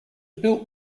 built